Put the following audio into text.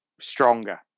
Stronger